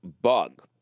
bug